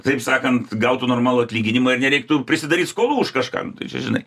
taip sakant gautų normalų atlyginimą ir nereiktų prisidaryt skolų už kažką nu tai čia žinai